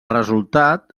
resultat